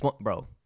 Bro